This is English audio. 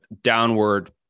downward